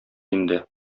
инде